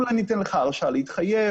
אולי ניתן לך הרשאה להתחייב,